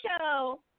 show